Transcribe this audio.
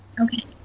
okay